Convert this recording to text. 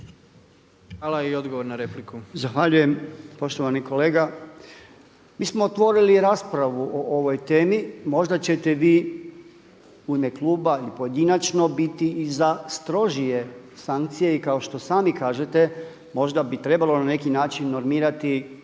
Hvala. I odgovor na repliku.